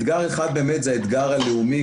אתגר אחד באמת זה האתגר הלאומי,